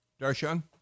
Darshan